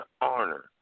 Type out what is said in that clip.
honor